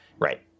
Right